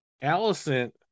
allison